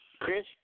Chris